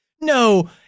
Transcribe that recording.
no